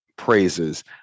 praises